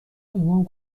امام